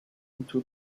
into